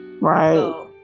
Right